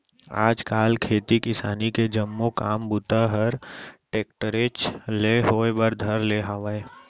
आज काल खेती किसानी के जम्मो काम बूता हर टेक्टरेच ले होए बर धर ले हावय